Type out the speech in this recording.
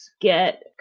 get